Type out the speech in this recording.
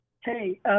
Hey